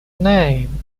name